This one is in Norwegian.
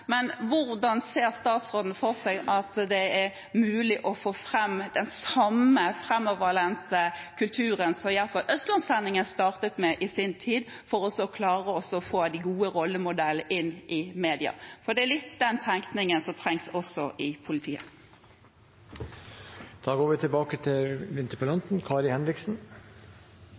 men hvordan ser statsråden for seg at det er mulig å få fram den samme framoverlente kulturen som iallfall Østlandssendingen startet med i sin tid for å klare å få de gode rollemodellene inn i media, for det er litt den tenkningen som trengs også i politiet?